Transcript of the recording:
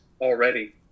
already